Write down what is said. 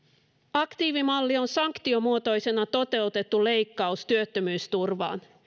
aktiivimalli on sanktiomuotoisena toteutettu leikkaus työttömyysturvaan